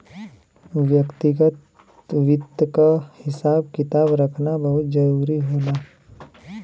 व्यक्तिगत वित्त क हिसाब किताब रखना बहुत जरूरी होला